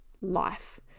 life